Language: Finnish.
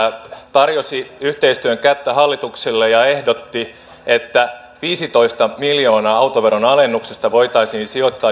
tarjosi yhteistyön kättä hallitukselle ja ehdotti että viisitoista miljoonaa autoveron alennuksesta voitaisiin sijoittaa